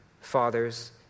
fathers